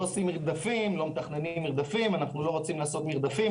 לא עושים מרדפים, אנו לא רוצים לעשות מרדפים.